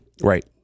Right